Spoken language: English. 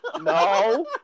No